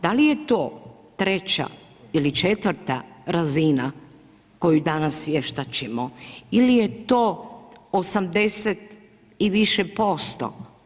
Da li je to treća ili četvrta razina koju danas vještačimo ili je to 80 i više posto.